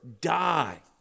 die